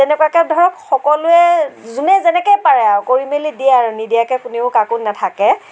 তেনেকুৱাকৈ ধৰক সকলোৱে যোনে যেনেকেই পাৰে আৰু কৰি মেলি দিয়ে আৰু নিদিয়াকৈ কোনেও কাকো নাথাকে